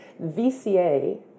VCA